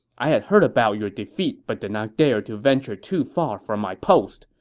i had heard about your defeat but did not dare to venture too far from my post,